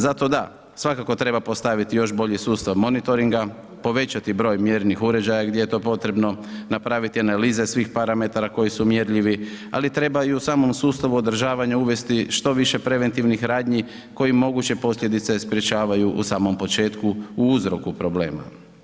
Zato da, svakako treba postaviti još bolji sustav monitoringa, povećati broj mjernih uređaja gdje je to potrebno, napraviti analize svih parametara koji su mjerljivi ali treba i u samom sustavu održavanja uvesti što više preventivnih radnji koji moguće posljedice sprječavaju u samom početku u uzroku problema.